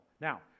Now